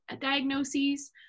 diagnoses